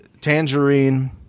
tangerine